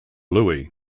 louie